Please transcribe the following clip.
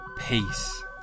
Peace